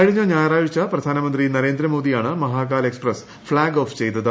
കഴിഞ്ഞ ഞായറാഴ്ച പ്രധാനമന്ത്രി നരേന്ദ്ര മോദിയാണ് മഹാകാൽ എക്സ്പ്രസ് ഫ്ളാഗ് ഓഫ് ചെയ്തത്